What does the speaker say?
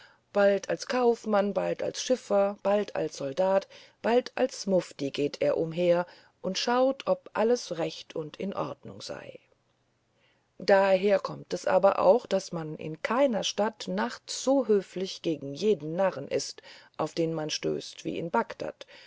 bald als kaufmann bald als schiffer bald als soldat bald als mufti geht er umher und schaut ob alles recht und in ordnung sei daher kommt es aber auch daß man in keiner stadt nachts so höflich gegen jeden narren ist auf den man stoßt wie in bagdad